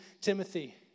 Timothy